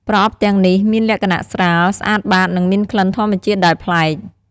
ប្រអប់ទាំងនេះមានលក្ខណៈស្រាល ស្អាតបាត និងមានក្លិនធម្មជាតិដែលប្លែក។